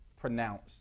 pronounced